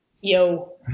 yo